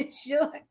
Sure